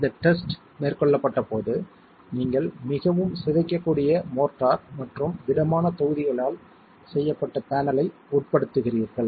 இந்த டெஸ்ட் மேற்கொள்ளப்பட்ட போது நீங்கள் மிகவும் சிதைக்கக்கூடிய மோர்ட்டார் மற்றும் திடமான தொகுதிகளால் செய்யப்பட்ட பேனலை உட்படுத்துகிறீர்கள்